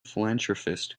philanthropist